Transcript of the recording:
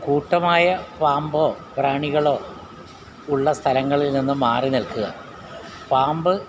കൂട്ടമായ പാമ്പോ പ്രാണികളോ ഉള്ള സ്ഥലങ്ങളിൽ നിന്നും മാറി നിൽക്കുക പാമ്പ്